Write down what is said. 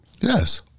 Yes